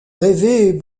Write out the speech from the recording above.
rêvait